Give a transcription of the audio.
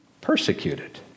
persecuted